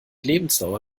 lebensdauer